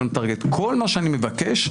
כל מה שאני מבקש,